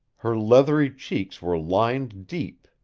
her leathery cheeks were lined deep,